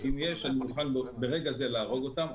ואם יש אני מוכן ברגע זה להרוג אותם.